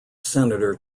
senator